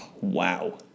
Wow